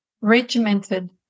regimented